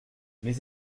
mais